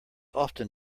often